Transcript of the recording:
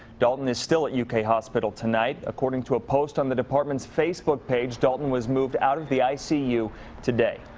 daulton is still at u k hospital tonight. according to a post on the department's facebook page. daulton was moved out of the i c u today.